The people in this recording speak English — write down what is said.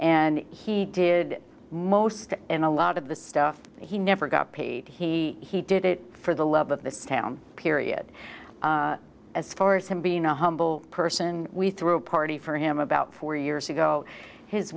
and he did most in a lot of the stuff he never got paid he he did it for the love of this town period as for him being a humble person we threw a party for him about four years ago his